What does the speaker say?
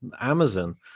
Amazon